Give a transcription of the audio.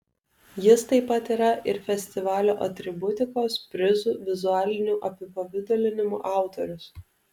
jis taip pat yra ir festivalio atributikos prizų vizualinių apipavidalinimų autorius